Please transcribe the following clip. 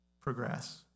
progress